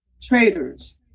traders